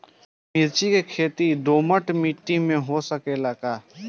मिर्चा के खेती दोमट माटी में हो सकेला का?